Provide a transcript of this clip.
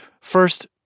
First